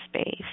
space